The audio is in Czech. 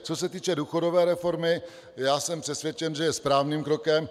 Co se týče důchodové reformy, jsem přesvědčen, že je správným krokem.